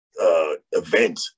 event